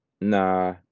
nah